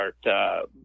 start